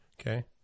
Okay